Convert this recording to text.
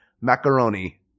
macaroni